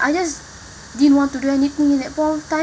I just didn't want to do anything in that point of time